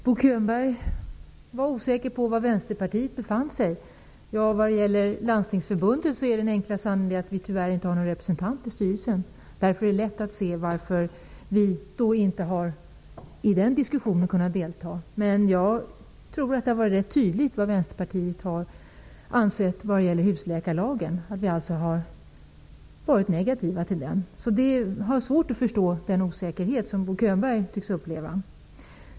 Herr talman! Bo Könberg var osäker på var Vänsterpartiet befann sig. När det gäller Landstingsförbundet är den enkla sanningen att vi tyvärr inte har någon representant i styrelsen. Därför är det lätt att förstå varför vi inte har kunnat delta i den diskussionen. Jag tror dock att det har varit ganska tydligt vad Vänsterpartiet har ansett om husläkarlagen. Partiet har varit negativt till lagen. Jag har svårt att förstå den osäkerhet som Bo Könberg tycks uppleva.